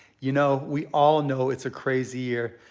you know, we all know it's a crazy year,